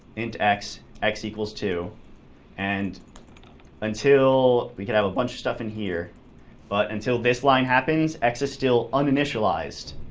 int x, x two, and until we can have a bunch of stuff in here but until this line happens, x is still uninitialized,